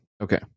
Okay